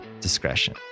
discretion